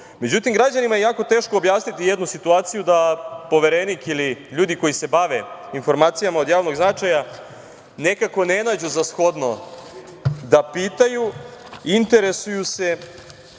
sporno.Međutim, građanima je jako teško objasniti jednu situaciju da Poverenik ili ljudi koji se bave informacijama od javnog značaja nekako ne nađu za shodno da pitaju, interesuju se